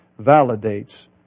validates